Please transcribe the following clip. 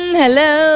hello